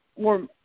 more